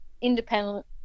independent